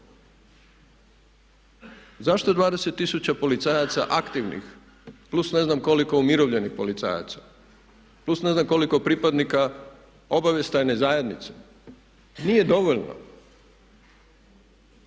Zašto 20 000 policajaca aktivnih plus ne znam koliko umirovljenih policajaca, plus ne znam koliko pripadnika obavještajne zajednice nije dovoljno